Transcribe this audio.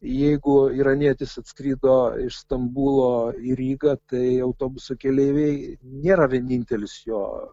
jeigu iranietis atskrido iš stambulo į rygą tai autobuso keleiviai nėra vienintelis jo